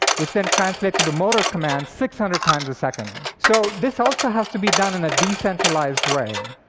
which then translates into motor commands, six hundred times a second. so this also has to be done in a decentralized way.